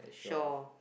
shore